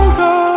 go